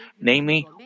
namely